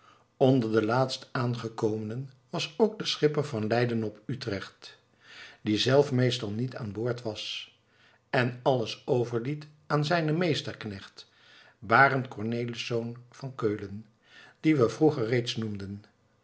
onder de laatst aangekomenen was ook de schipper van leiden op utrecht die zelf meestal niet aanboord was en alles overliet aan zijnen meesterknecht barend cornelisz van keulen dien we vroeger reeds noemden